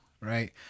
Right